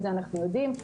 את זה אנחנו יודעים,